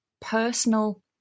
personal